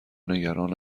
نگران